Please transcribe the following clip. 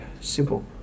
simple